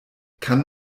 kann